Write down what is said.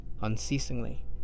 unceasingly